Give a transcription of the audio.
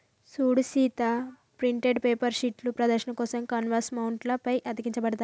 సూడు Sita printed paper షీట్లు ప్రదర్శన కోసం కాన్వాస్ మౌంట్ల పై అతికించబడతాయి